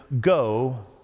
go